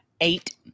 Eight